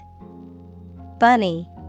Bunny